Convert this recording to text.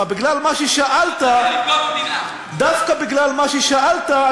ואני רוצה להגיד לך עוד דבר חשוב לגבי החסינות: